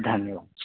धन्यवाद